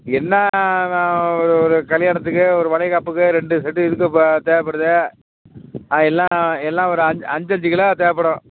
என்ன ஒரு கல்யாணத்துக்கு ஒரு வளைகாப்புக்கு ரெண்டு செட்டு இருக்குது இப்போ தேவைப்படுது ஆ எல்லாம் எல்லாம் ஒரு அஞ் அஞ்சுஞ்சு கிலோ தேவைப்படும்